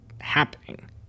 happening